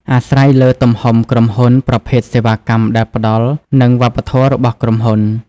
អាស្រ័យលើទំហំក្រុមហ៊ុន ប្រភេទសេវាកម្មដែលផ្ដល់ និងវប្បធម៌របស់ក្រុមហ៊ុន។